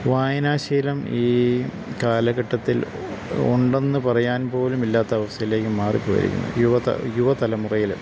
വായനാശീലം ഈ കാലഘട്ടത്തിൽ ഉണ്ടെന്നു പറയാൻ പോലും ഇല്ലാത്ത അവസ്ഥയിലേക്കു മാറിപ്പോയിരിക്കുന്നു യുവതലമുറയില്